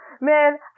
man